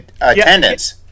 attendance